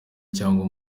cyangwa